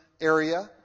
area